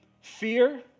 fear